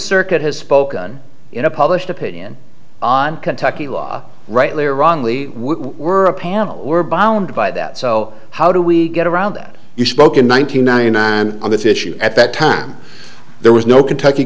circuit has spoken in a published opinion on kentucky law rightly or wrongly were a panel were bound by that so how do we get around that you spoke in one thousand nine hundred nine and this issue at that time there was no kentucky